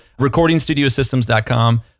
recordingstudiosystems.com